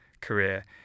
career